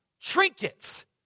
trinkets